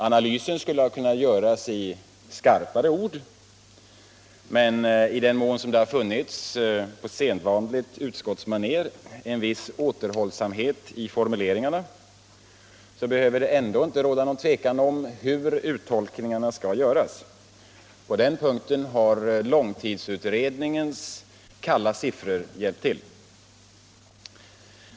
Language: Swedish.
Analysen skulle kunnat göras i skarpare ord, men i den mån det på sedvanligt utskottsmaner funnits en viss återhållsamhet i formuleringarna behöver det ändå inte råda någon tvekan om hur uttolkningarna skall göras. På den punkten har långtidsutredningens kalla siffror hjälpt till.